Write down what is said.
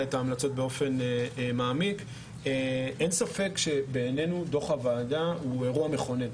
אין ספק שבעינינו דוח הוועדה הוא אירוע מכונן.